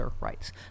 rights